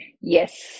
Yes